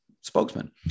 spokesman